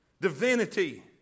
divinity